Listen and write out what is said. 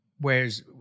whereas